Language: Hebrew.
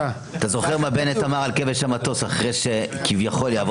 אתה זוכר מה בנט אמר על כבש המטוס אחרי שכביכול יעבור תקציב?